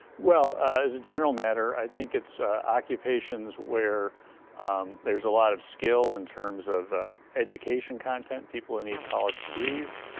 well, as a general matter i think it's occupations where there's a lot of skill in terms of education content, people that need college degrees,